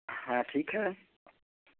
हाँ ठीक है